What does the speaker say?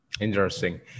Interesting